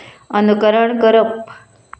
अनुकरण करप